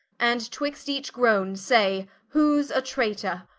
and twixt each groane, say, who's a traytor?